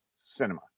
cinema